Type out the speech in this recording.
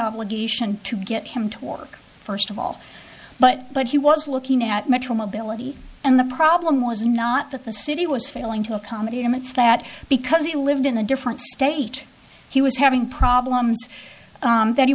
obligation to get him to work first of all but but he was looking at metro mobility and the problem was not that the city was failing to accommodate him it's that because he lived in a different state he was having problems that he